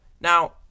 Now